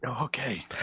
Okay